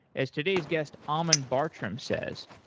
as today's guest, ammon bartram says,